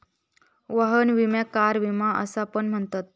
वाहन विम्याक कार विमा असा पण म्हणतत